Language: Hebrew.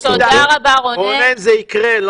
רונן, זה יקרה.